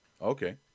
Okay